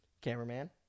cameraman